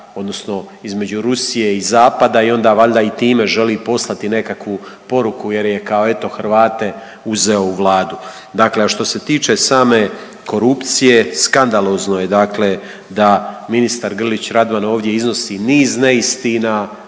odnosno između Rusije i zapada i onda valjda i time želi poslati nekakvu poruku jer je kao eto, Hrvate uzeo u vladu. Dakle a što se tiče same korupcije, skandalozno je dakle da ministar Grlić Radman ovdje iznosi niz neistina,